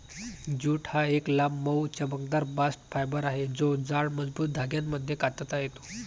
jute हा एक लांब, मऊ, चमकदार बास्ट फायबर आहे जो जाड, मजबूत धाग्यांमध्ये कातता येतो